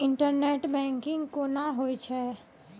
Internet banking कोना होय छै?